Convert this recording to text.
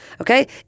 okay